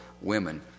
women